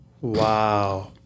Wow